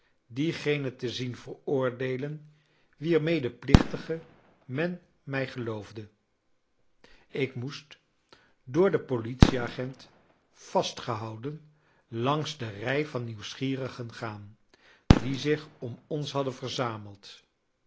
diegenen te zien veroordeelen wier medeplichtige men mij geloofde ik moest door den politieagent vastgehouden langs de rij van nieuwsgierigen gaan die zich om ons hadden verzameld